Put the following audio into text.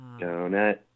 donut